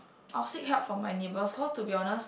or seek help from my neighbours cause to be honest